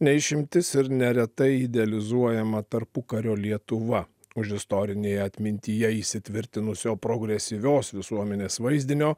ne išimtis ir neretai idealizuojama tarpukario lietuva už istorinėje atmintyje įsitvirtinusio progresyvios visuomenės vaizdinio